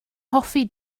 hoffi